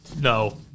No